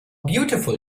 beautiful